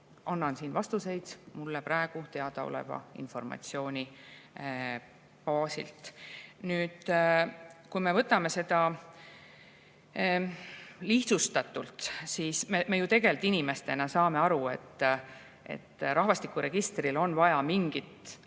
annan siin vastuseid mulle praegu teadaoleva informatsiooni baasil. Kui me võtame seda lihtsustatult, siis me ju inimestena saame aru, et rahvastikuregistril on vaja mingit